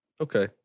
Okay